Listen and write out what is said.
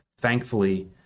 thankfully